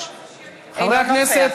חברי הכנסת)